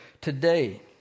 today